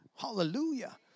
Hallelujah